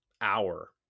hour